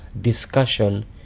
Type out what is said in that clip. discussion